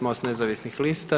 MOST nezavisnih lista.